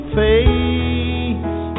face